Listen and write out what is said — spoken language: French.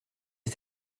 est